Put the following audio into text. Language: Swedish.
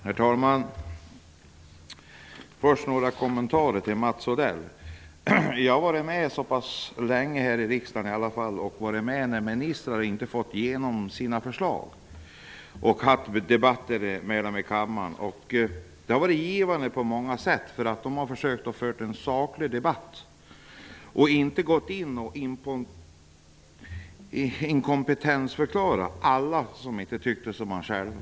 Herr talman! Först några kommentarer till Mats Odell. Jag har varit så länge här i riksdagen att jag varit med om att debattera med ministrar när de inte har fått igenom sina förslag. Det har varit givande på många sätt, eftersom de har försökt föra en saklig debatt. De har inte försökt inkompetensförklara alla som inte tycker som de själva.